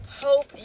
hope